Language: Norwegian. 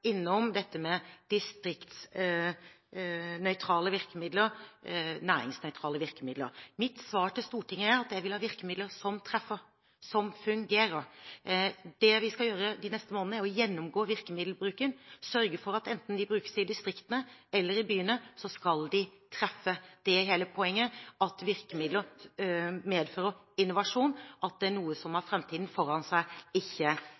innom dette med distriktsnøytrale virkemidler og næringsnøytrale virkemidler. Mitt svar til Stortinget er at jeg vil ha virkemidler som treffer, som fungerer. Det vi skal gjøre de neste månedene, er å gjennomgå bruken av virkemidlene og sørge for at enten de brukes i distriktene eller i byene, skal de treffe. Hele poenget er at virkemidler medfører innovasjon, at det er noe som har framtiden foran seg, ikke